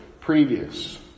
previous